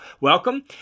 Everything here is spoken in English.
welcome